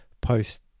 post